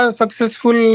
successful